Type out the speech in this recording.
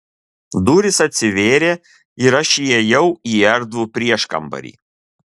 durys atsivėrė ir aš įėjau į erdvų prieškambarį